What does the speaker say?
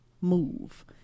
move